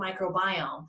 microbiome